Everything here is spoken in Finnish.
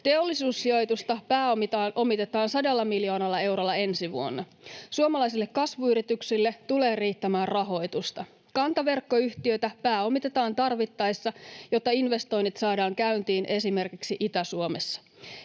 Teollisuussijoitusta pääomitetaan 100 miljoonalla eurolla ensi vuonna. Suomalaisille kasvuyrityksille tulee riittämään rahoitusta. Kantaverkkoyhtiötä pääomitetaan tarvittaessa, jotta investoinnit saadaan käyntiin esimerkiksi Itä-Suomessa.